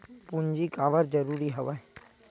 पूंजी काबर जरूरी हवय?